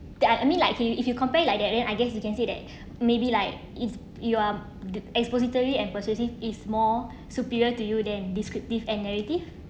that I mean like if if you compare like that then I guess you can say that maybe like if you you're the expository and persuasive is more superior to you than descriptive and narrative